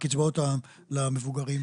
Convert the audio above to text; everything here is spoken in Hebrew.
הקצבאות למבוגרים.